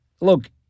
look